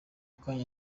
kanya